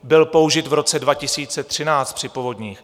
Byl použit v roce 2013 při povodních.